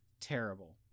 terrible